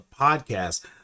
podcast